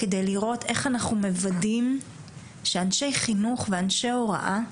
כדי לראות איך אנחנו מוודאים שאנשי חינוך ואנשי הוראה,